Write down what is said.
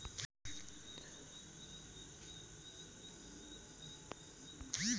यक हेक्टर कांद्यासाठी मजूराले किती पैसे द्याचे?